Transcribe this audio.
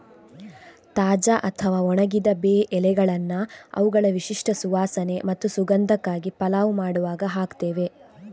ತಾಜಾ ಅಥವಾ ಒಣಗಿದ ಬೇ ಎಲೆಗಳನ್ನ ಅವುಗಳ ವಿಶಿಷ್ಟ ಸುವಾಸನೆ ಮತ್ತು ಸುಗಂಧಕ್ಕಾಗಿ ಪಲಾವ್ ಮಾಡುವಾಗ ಹಾಕ್ತೇವೆ